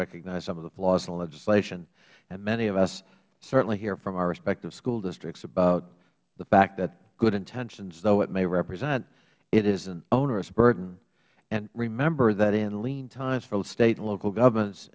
recognized some of the flaws in the legislation and many of us certainly hear from our respective school districts about the fact that good intentions though it may represent it is an onerous burden and remember that in lean times for state and local governments